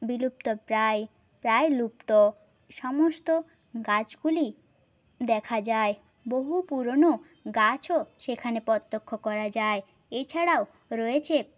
বিলুপ্ত প্রায় প্রায় লুপ্ত সমস্ত গাছগুলি দেখা যায় বহু পুরনো গাছও সেখানে প্রত্যক্ষ করা যায় এছাড়াও রয়েছে